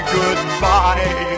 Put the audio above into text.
goodbye